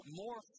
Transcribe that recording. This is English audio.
more